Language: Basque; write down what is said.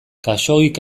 khaxoggik